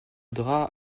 draps